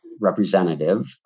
representative